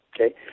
Okay